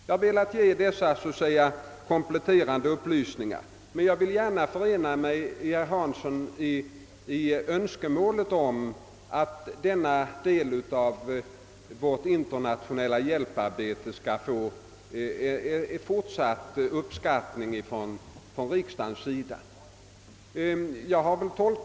Jag har velat lämna dessa kompletterande upplysningar, men jag vill gärna förena mig med herr Hansson i förhoppningen att denna del av vårt internationella hjälparbete skall röna fortsatt uppskattning från riksdagens sida.